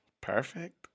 Perfect